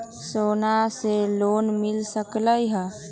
सोना से लोन मिल सकलई ह?